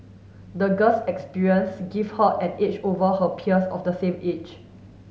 the girl's experience give her an edge over her peers of the same age